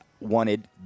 wanted